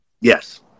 Yes